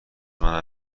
منم